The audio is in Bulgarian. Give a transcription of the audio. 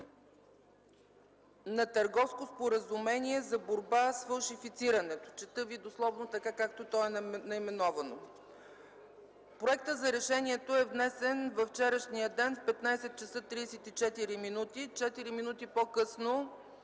за Търговско споразумение за борба с фалшифицирането”. Чета дословно, както е наименовано. Проектът за решението е внесен във вчерашния ден в 15,34 ч. Четири минути по-късно